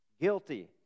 guilty